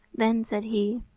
then said he,